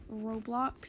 Roblox